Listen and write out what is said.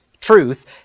truth